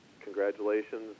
congratulations